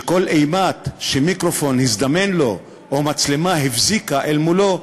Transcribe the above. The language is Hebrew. שכל אימת שמיקרופון הזדמן לו או מצלמה הבזיקה אל מולו,